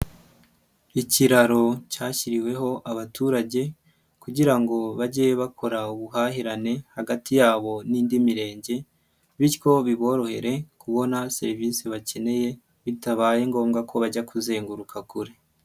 Ikiraro cyashyiriweho abaturage, kugira ngo bajye bakora ubuhahirane hagati yabo n'indi mirenge, bityo biborohere kubona serivisi bakeneye bitabaye ngombwa ko bajya kuzenguruka kure.